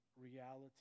reality